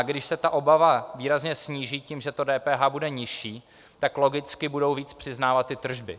Když se ta obava výrazně sníží tím, že to DPH bude nižší, tak logicky budou víc přiznávat ty tržby.